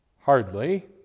Hardly